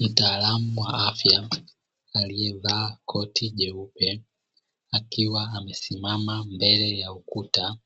Mtaalamu wa afya aliyevaa koti jeupe, akiwa amesimama mbele ya ukuta,